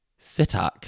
sitak